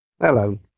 hello